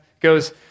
goes